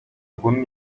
bunun